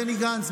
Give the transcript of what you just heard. בני גנץ,